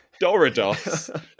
Dorados